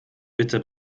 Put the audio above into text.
bitte